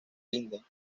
linden